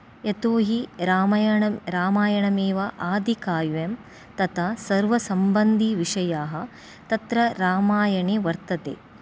यतो हि रामायणं रामायणमेव आदिकाव्यं तथा सर्वसम्बन्धिविषयाः तत्र रामायणे वर्तते